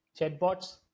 chatbots